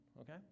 okay